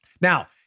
Now